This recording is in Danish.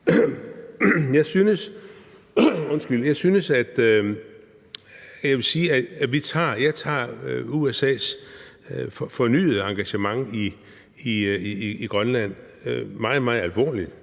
jeg tager USA's fornyede engagement i Grønland meget, meget alvorligt,